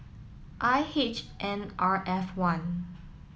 I H N R F one